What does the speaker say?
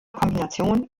kombination